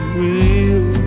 real